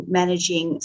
managing